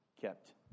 Kept